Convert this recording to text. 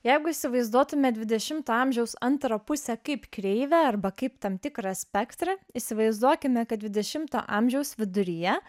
jeigu įsivaizduotume dvidešimto amžiaus antrą pusę kaip kreivę arba kaip tam tikrą spektrą įsivaizduokime kad dvidešimto amžiaus viduryje